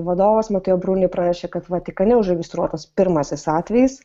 vadovas moteo bruni pranešė kad vatikane užregistruotas pirmasis atvejis